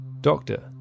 Doctor